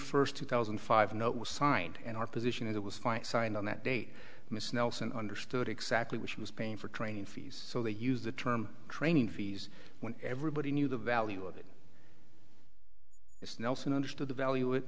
first two thousand and five no it was signed and our position is it was fine signed on that day miss nelson understood exactly what she was paying for training fees so they used the term training fees when everybody knew the value of it it's nelson understood the value of